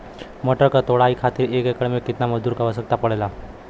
मटर क तोड़ाई खातीर एक एकड़ में कितना मजदूर क आवश्यकता पड़ेला?